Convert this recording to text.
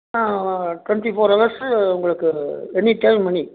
twenty four hours உங்களுக்கு any time மணி